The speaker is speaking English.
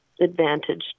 advantage